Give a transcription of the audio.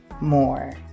more